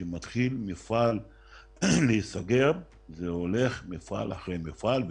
כשמפעל אחד מתחיל להיסגר זה הולך מפעל אחרי מפעל,